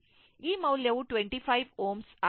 ಈ ಮೌಲ್ಯವು 25 Ω ಆಗಿದೆ